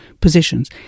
positions